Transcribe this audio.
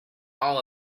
all